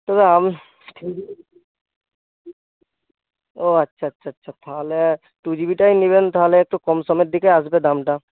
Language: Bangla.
তবে আমি ও আচ্ছা আচ্ছা আচ্ছা আচ্ছা তাহলে টু জিবিটাই নেবেন তাহলে একটু কম সমের দিকে আসবে দামটা